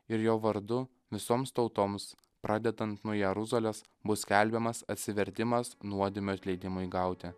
ir jo vardu visoms tautoms pradedant nuo jeruzalės bus skelbiamas atsivertimas nuodėmių atleidimui gauti